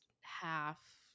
half